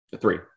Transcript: Three